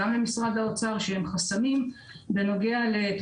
למשרד האוצר,